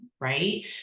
right